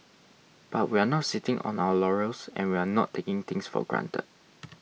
but we're not sitting on our laurels and we're not taking things for granted